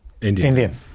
Indian